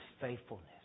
faithfulness